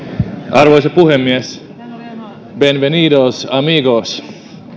arvoisa puhemies bienvenidos amigos